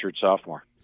sophomore